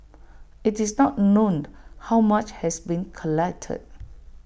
IT is not known how much has been collected